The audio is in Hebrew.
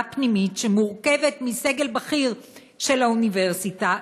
פנימית שמורכבת מסגל בכיר של האוניברסיטה,